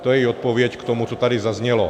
To je i odpověď k tomu, co tady zaznělo.